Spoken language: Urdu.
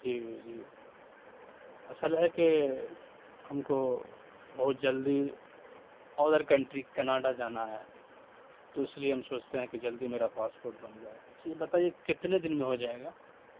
جی جی اصل ہے کہ ہم کو بہت جلدی ادر کنٹری کناڈا جانا ہے تو اس لیے ہم سوچتے ہیں کہ جلدی میرا پاسپورٹ بن جائے یہ بتائیے کتنے دن میں ہو جائے گا